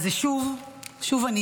אז זו שוב אני,